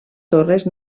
torres